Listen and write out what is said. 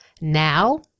Now